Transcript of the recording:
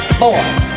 boss